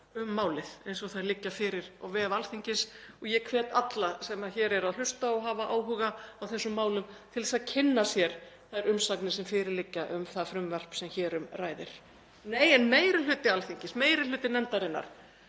um málið eins og þær liggja fyrir á vef Alþingis. Ég hvet alla sem hér eru að hlusta og hafa áhuga á þessum málum til að kynna sér þær umsagnir sem fyrir liggja um frumvarpið sem hér um ræðir. Nei, en meiri hluti Alþingis, meiri hluti nefndarinnar,